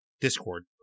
Discord